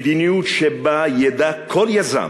מדיניות שבה ידע כל יזם